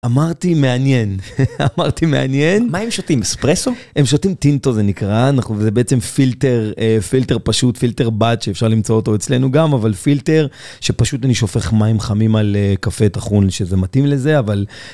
אמרתי מעניין, אמרתי מעניין. מה הם שותים, אספרסו? הם שותים טינטו, זה נקרא, זה בעצם פילטר פשוט, פילטר בד שאפשר למצוא אותו אצלנו גם, אבל פילטר שפשוט אני שופך מים חמים על קפה טחון שזה מתאים לזה, אבל...